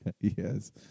Yes